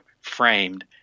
framed